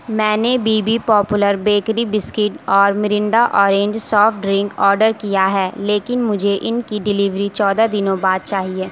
میں نے B B popular bakery biscuit اور Mirinda orange soft drink order کیا ہے لیکن مجھے ان کی ڈیلیوری چودہ دنوں بعد چاہیے